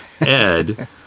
Ed